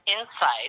insight